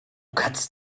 kannst